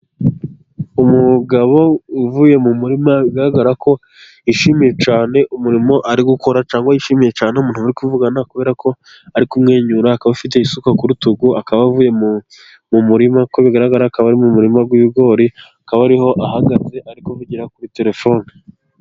Umugabo uvuye mu murima bigaragarako yishimiye cyane umurimo ari gukora, cyangwa yishimiye cyane umuntu bari kuvugana kuberako ari kumwenyura, akaba afite isuka ku rutugu ,akaba avuye mu murima uko bigaragara akaba ari mu murima w'ibigori ,akaba ariho ahagaze ari kuvugira kuri telefone.